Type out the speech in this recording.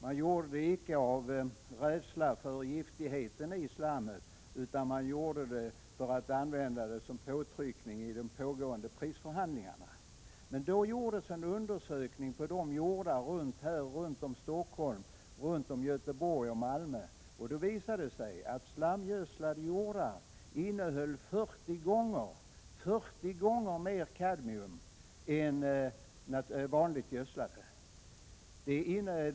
Detta gjorde man icke av rädsla för giftigheten i slammet utan för att använda det som påtryckning i de pågående prisförhandlingarna. Då gjordes en undersökning av jordar runt Stockholm, Göteborg och Malmö, och det visade sig att slamgödslade jordar innehöll 40 gånger mer kadmium än vanligt gödslad jord.